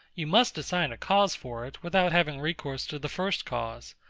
you must assign a cause for it, without having recourse to the first cause.